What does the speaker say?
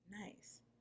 Nice